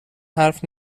حرف